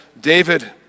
David